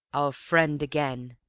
our friend again!